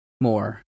more